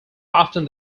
often